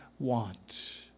want